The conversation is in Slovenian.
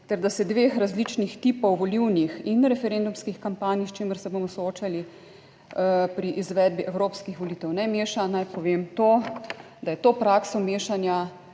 ter, da se dveh različnih tipov volilnih in referendumskih kampanj, s čimer se bomo soočali pri izvedbi evropskih volitev, ne meša, naj povem to, da je to prakso mešanja